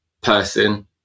person